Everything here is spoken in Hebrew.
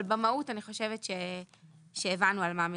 אבל במהות אני חושבת שהבנו על מה מדובר.